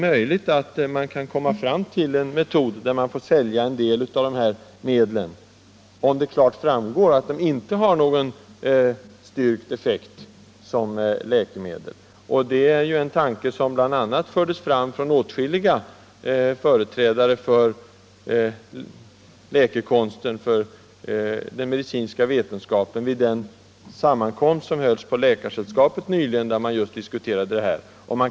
Möjligen kan vi komma fram till att en del medel får säljas, om det klart framgår att de inte har styrkt effekt som läkemedel. Det är en tanke som fördes fram av bl.a. företrädare för den medicinska vetenskapen vid Läkarsällskapets sammankomst nyligen, där detta diskuterades.